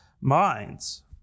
minds